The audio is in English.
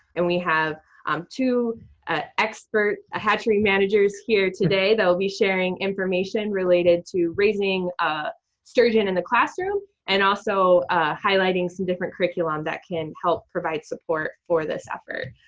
and we have two ah expert hatchery managers here today. they'll be sharing information related to raising ah sturgeon in the classroom and also highlighting some different curriculum that can help provide support for this effort.